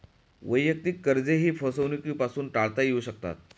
वैयक्तिक कर्जेही फसवणुकीपासून टाळता येऊ शकतात